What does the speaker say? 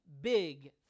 big